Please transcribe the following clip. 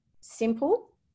simple